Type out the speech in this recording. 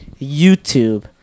YouTube